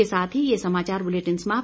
इसी के साथ ये समाचार बुलेटिन समाप्त हुआ